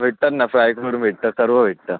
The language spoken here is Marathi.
भेटतात ना फ्राय करून भेटतात सर्व भेटतं